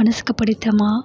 மனசுக்கு பிடித்தமா